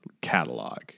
catalog